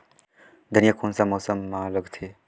धनिया कोन सा मौसम मां लगथे?